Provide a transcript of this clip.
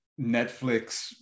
netflix